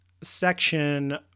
section